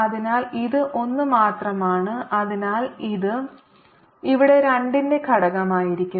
അതിനാൽ ഇത് ഒന്നുമാത്രമാണ് അതിനാൽ ഇത് ഇവിടെ 2 ന്റെ ഘടകമായിരിക്കും